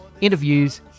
interviews